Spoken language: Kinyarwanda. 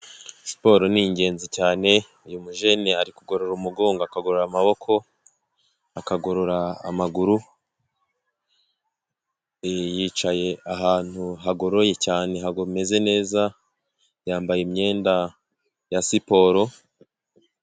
Siporo ni ingenzi cyane, uyu mujene ari kugorora umugongo, akagoro amaboko, akagorora amaguru. Yicaye ahantu hagoroye cyane hameze neza, yambaye imyenda ya siporo.